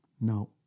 No